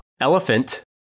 elephant